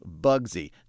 Bugsy